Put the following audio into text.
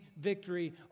victory